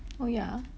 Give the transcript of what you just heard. oh yeah